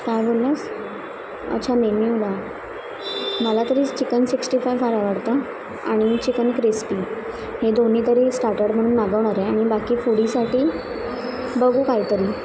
काय बोलला आहेस अच्छा मेन्यूला मला तरी चिकन सिक्स्टी फाईव फार आवडतं आणि चिकन क्रिस्पी हे दोन्ही तरी स्टार्टर्ड म्हणून मागवणार आहे आणि बाकी फुडीसाठी बघू कायतरी